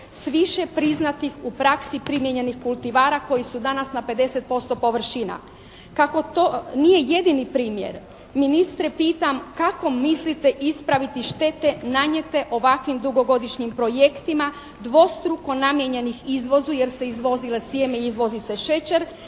s više priznatih u praksi primijenjenih kultivara koji su danas na 50% površina. Kako to nije jedini primjer ministre pitam kako mislite ispraviti štete nanijete ovakvim dugogodišnjim projektima dvostruko namijenjenih izvozu jer se izvozilo sjeme i izvozi se šećer